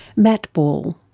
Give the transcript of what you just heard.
matt ball.